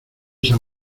san